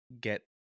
get